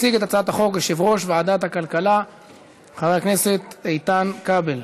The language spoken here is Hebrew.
מציג את הצעת החוק יושב-ראש ועדת הכלכלה חבר הכנסת איתן כבל.